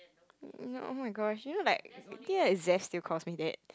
mm ya oh-my-gosh you know like Zef still calls me dad